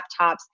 laptops